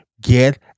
Get